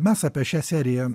mes apie šią seriją